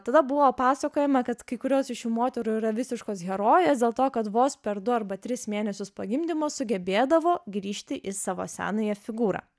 tada buvo pasakojama kad kai kurios iš šių moterų yra visiškos herojės dėl to kad vos per du arba tris mėnesius po gimdymo sugebėdavo grįžti į savo senąją figūrą